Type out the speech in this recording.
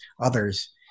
others